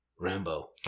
Rambo